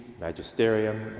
magisterium